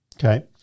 Okay